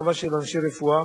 רב.